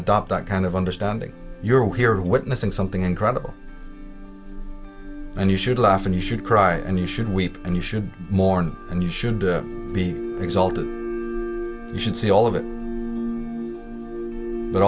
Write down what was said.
adopt that kind of understanding you're here witnessing something incredible and you should laugh and you should cry and you should weep and you should mourn and you shouldn't be exalted you should see all of it but